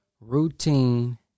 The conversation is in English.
Routine